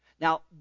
Now